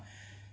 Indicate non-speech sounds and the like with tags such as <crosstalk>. <breath>